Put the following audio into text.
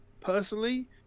personally